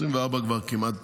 24 כבר כמעט,